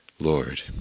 Lord